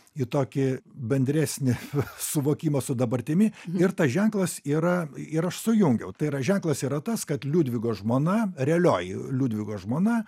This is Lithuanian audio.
į tokį bendresnį suvokimą su dabartimi ir tas ženklas yra ir aš sujungiau tai yra ženklas yra tas kad liudvigo žmona realioji liudviko žmona